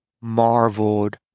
marveled